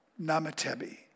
Namatebi